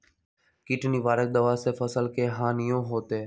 किट निवारक दावा से फसल के हानियों होतै?